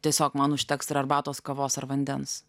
tiesiog man užteks ar arbatos kavos ar vandens